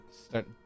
start